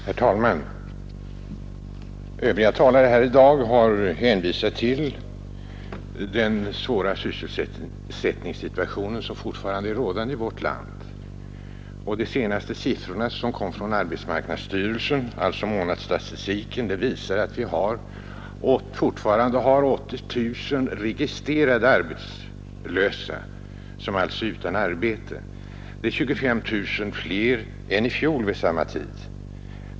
Herr talman! Tidigare talare i dag har hänvisat till den svåra sysselsättningssituation som alltjämt råder i vårt land. De senaste siffrorna från arbetsmarknadsstyrelsen, alltså månadsstatistiken, visar att vi fortfarande har 80 000 registrerade arbetslösa. Det är 25 000 fler än i fjol vid samma tid.